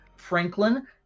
franklin